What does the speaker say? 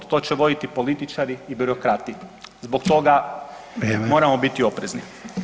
To će voditi političari i birokrati, zbog toga [[Upadica: Vrijeme.]] moramo biti oprezni.